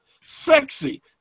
Sexy